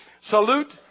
Salute